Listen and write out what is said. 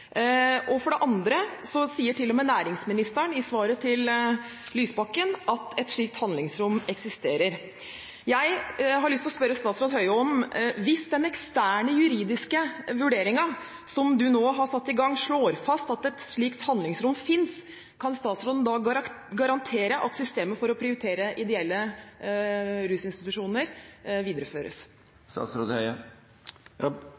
For det andre sier til og med næringsministeren i svaret til Lysbakken at et slikt handlingsrom eksisterer. Jeg har lyst til å spørre statsråd Høie: Hvis den eksterne juridiske vurderingen, som nå er satt i gang, slår fast at et slikt handlingsrom finnes, kan statsråden garantere at systemet for å prioritere ideelle rusinstitusjoner videreføres?